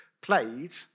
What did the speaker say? played